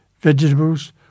vegetables